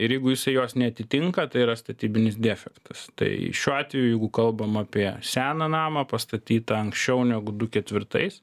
ir jeigu jisai jos neatitinka tai yra statybinis defektas tai šiuo atveju jeigu kalbam apie seną namą pastatytą anksčiau negu du ketvirtais